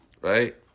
right